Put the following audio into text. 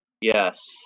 Yes